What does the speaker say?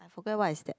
I forget what is that